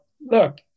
look